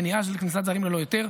מניעה של כניסה זרים ללא היתר,